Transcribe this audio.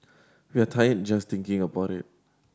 we're tired just thinking about it